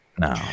No